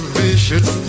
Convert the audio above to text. vicious